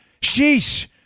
Sheesh